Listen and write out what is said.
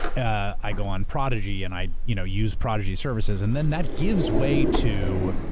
i go on prodigy and i, you know, use prodigy's services, and then that gives way to,